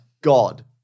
God